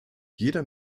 jeder